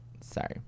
sorry